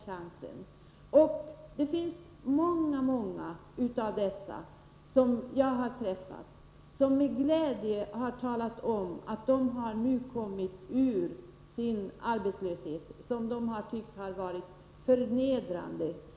Jag har träffat många av dem, och de har med glädje talat om att de nu kommit ur den situation med arbetslöshet som många av dem upplevt som förnedrande.